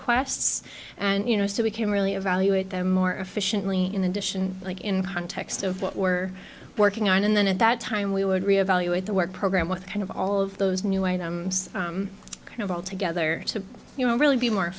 ts and you know so we can really evaluate them more efficiently in addition like in context of what we're working on and then at that time we would reevaluate the work program what kind of all of those new items of all together to you know really be more